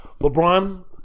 LeBron